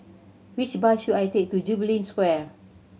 which bus should I take to Jubilee Square